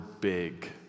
big